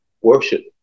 worship